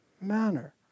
manner